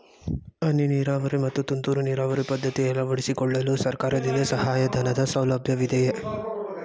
ಹನಿ ನೀರಾವರಿ ಮತ್ತು ತುಂತುರು ನೀರಾವರಿ ಪದ್ಧತಿ ಅಳವಡಿಸಿಕೊಳ್ಳಲು ಸರ್ಕಾರದಿಂದ ಸಹಾಯಧನದ ಸೌಲಭ್ಯವಿದೆಯೇ?